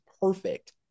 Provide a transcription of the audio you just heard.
perfect